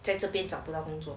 在这边找不到工作